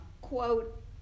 quote